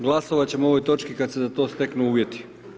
Glasovat ćemo o ovoj točki kada se za to steknu uvjeti.